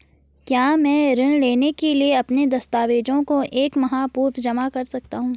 क्या मैं ऋण लेने के लिए अपने दस्तावेज़ों को एक माह पूर्व जमा कर सकता हूँ?